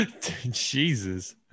jesus